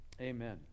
Amen